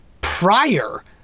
prior